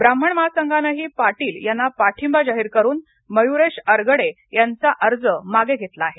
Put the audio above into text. ब्राह्मण महासंघानंही पाटील यांना पाठिंबा जाहीर करुन मयुरेश अरगडे यांचा अर्ज मागे घेतला आहे